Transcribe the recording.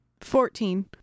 Fourteen